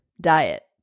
diet